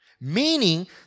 meaning